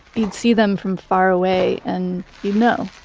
you'd see them from far away, and you'd know.